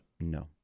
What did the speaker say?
No